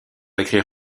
écrire